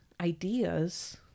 ideas